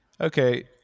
okay